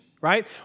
right